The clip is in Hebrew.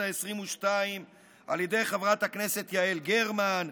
העשרים-ושתיים על ידי חברת הכנסת יעל גרמן,